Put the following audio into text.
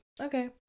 Okay